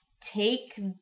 take